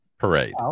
Parade